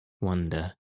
wonder